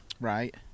Right